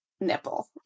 nipple